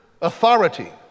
authority